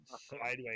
sideways